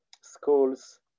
schools